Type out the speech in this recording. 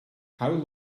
how